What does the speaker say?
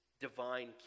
divine